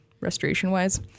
restoration-wise